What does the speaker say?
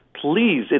Please